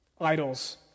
idols